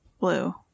Blue